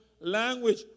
language